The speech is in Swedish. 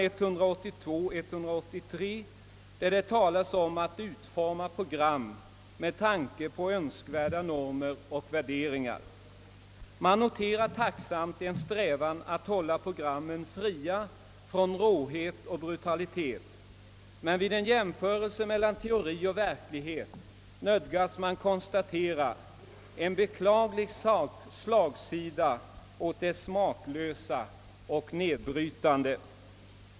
182—183, där det talas om att utforma program med tanke på önskvärda normer och värderingar. Man noterar tacksamt en strävan att hålla programmen fria från råhet och brutalitet. Men vid en jämförelse mellan teori och verklighet nödgas man konstatera en beklaglig slagsida åt det smaklösa och nedbrytande.